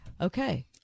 okay